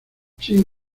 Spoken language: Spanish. sin